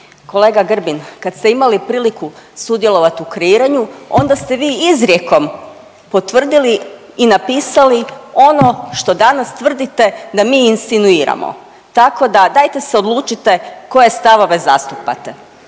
Kolega Grbin, kad ste imali priliku sudjelovat u kreiranju, onda ste vi izrijekom potvrdili i napisali ono što danas tvrdite da mi insinuiramo. Tako da, dajte se odlučite koje stavove zastupate.